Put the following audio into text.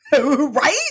Right